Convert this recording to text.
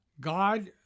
God